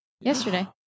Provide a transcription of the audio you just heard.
Yesterday